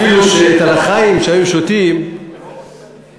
אפילו ה"לחיים" שהיו שותים בסעודה,